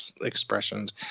expressions